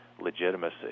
legitimacy